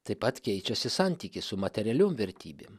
taip pat keičiasi santykis su materialiom vertybėm